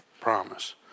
promise